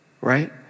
right